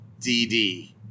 DD